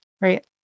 right